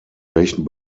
welchen